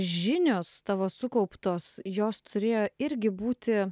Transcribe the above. žinios tavo sukauptos jos turėjo irgi būti